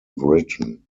written